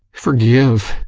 forgive?